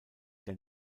der